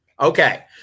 Okay